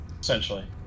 Essentially